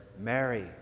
Mary